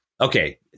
Okay